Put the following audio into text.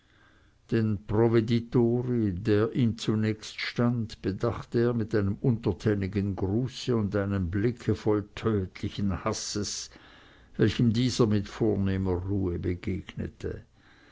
den provveditore der ihm zunächst stand bedachte er mit einem untertänigen gruße und einem blicke voll tödlichen hasses welchem dieser mit vornehmer ruhe begegnete